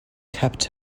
kept